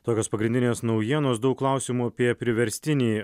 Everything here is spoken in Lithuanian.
tokios pagrindinės naujienos daug klausimų apie priverstinį